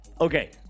okay